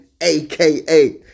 aka